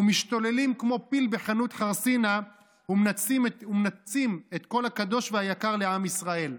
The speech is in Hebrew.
ומשתוללים כמו פיל בחנות חרסינה ומנתצים את כל הקדוש והיקר לעם ישראל.